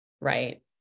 right